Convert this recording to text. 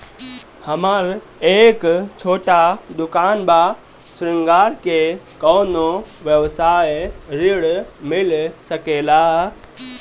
हमर एक छोटा दुकान बा श्रृंगार के कौनो व्यवसाय ऋण मिल सके ला?